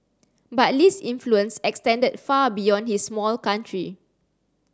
but Lee's influence extended far beyond his small country